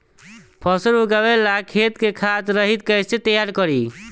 फसल उगवे ला खेत के खाद रहित कैसे तैयार करी?